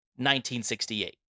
1968